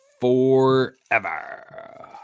forever